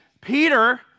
Peter